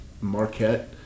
Marquette